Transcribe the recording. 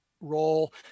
role